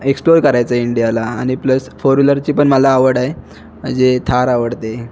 explore करायचं आहे इंडियाला आणि प्लस फोर विलरची पण मला आवड आहे म्हणजे थार आवडते